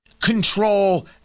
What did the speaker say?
control